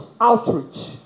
outreach